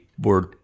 word